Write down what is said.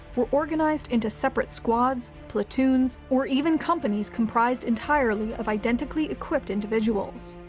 were organized into separate squads, platoons, or even companies comprised entirely of identically equipped individuals.